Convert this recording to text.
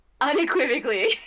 unequivocally